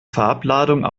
farbladung